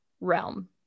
realm